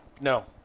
no